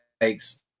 takes